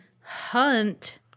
hunt